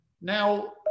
now